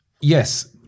Yes